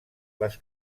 les